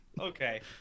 Okay